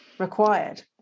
required